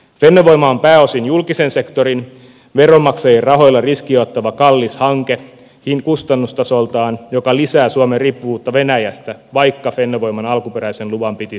fennovoima on pääosin julkisen sektorin veronmaksajien rahoilla riskiä ottava kallis hanke kustannustasoltaan joka lisää suomen riippuvuutta venäjästä vaikka fennovoiman alkuperäisen luvan piti sitä vähentää